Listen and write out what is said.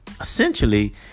essentially